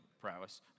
prowess